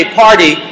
party